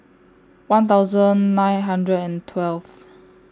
one thousand nine hundred and twelve